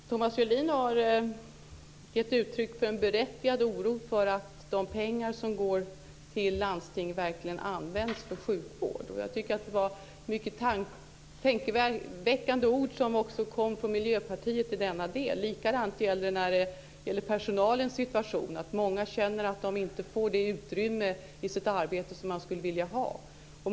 Fru talman! Thomas Julin har gett uttryck för en berättigad oro för att de pengar som går till landstinget verkligen används för sjukvård. Jag tycker att det var mycket tankeväckande ord som kom från Miljöpartiet i denna del. Likadant är det när det gäller personalens situation. Många känner att de inte får det utrymme i sitt arbete som de skulle vilja ha.